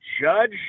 judge